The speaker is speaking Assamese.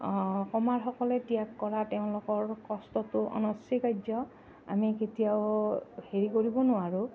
কমাৰসকলে ত্যাগ কৰা তেওঁলোকৰ কষ্টটো অনস্বীকাৰ্য আমি কেতিয়াও হেৰি কৰিব নোৱাৰোঁ